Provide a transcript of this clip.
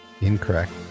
Incorrect